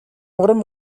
уран